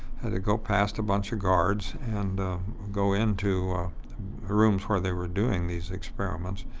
had to go past a bunch of guards and go into the rooms where they were doing these experiments.